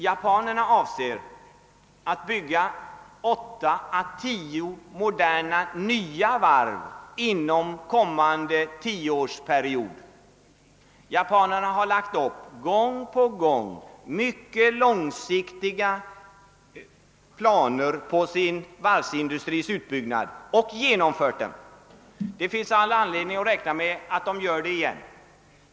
Japanerna avser att bygga 8 å 10 moderna nya varv inom kommande tioårsperiod. Japanerna har gång på gång lagt upp mycket långsiktiga planer på sin varvsindustris utbyggnad och har även genomfört dem. Det finns all anledning att räkna med att de gör det igen.